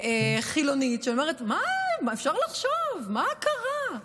כחילונית, שאומרת: מה, אפשר לחשוב, מה קרה?